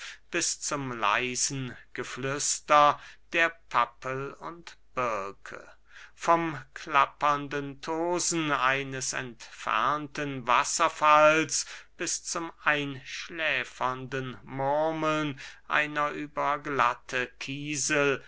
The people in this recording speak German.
bis zum leisen geflüster der pappel und birke vom klappernden tosen eines entfernten wasserfalls bis zum einschläfernden murmeln einer über glatte kiesel